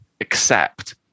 accept